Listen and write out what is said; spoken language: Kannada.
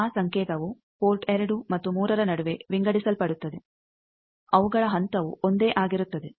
ಆ ಸಂಕೇತವು ಪೋರ್ಟ್ 2 ಮತ್ತು 3ರ ನಡುವೆ ವಿಂಗಡಿಸಲ್ಪಡುತ್ತದೆ ಅವುಗಳ ಹಂತವೂ ಒಂದೇ ಆಗಿರುತ್ತದೆ